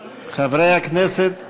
חבר הכנסת לפיד.